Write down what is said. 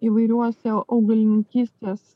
įvairiuose augalininkystės